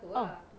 ah